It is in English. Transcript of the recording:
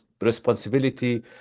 responsibility